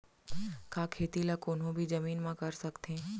का खेती ला कोनो भी जमीन म कर सकथे?